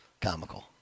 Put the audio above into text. Comical